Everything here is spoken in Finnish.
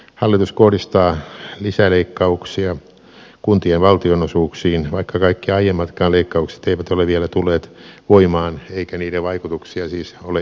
hallitus kohdistaa lisäleikkauksia kuntien valtionosuuksiin vaikka kaikki aiemmatkaan leikkaukset eivät ole vielä tulleet voimaan eikä niiden vaikutuksia siis ole ehditty nähdä